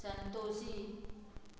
Santoshi